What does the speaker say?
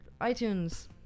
itunes